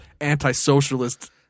anti-socialist